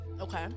Okay